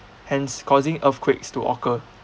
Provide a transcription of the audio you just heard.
hence causing earthquakes to occur